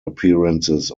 appearances